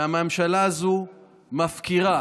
והממשלה הזו מפקירה